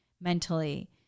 mentally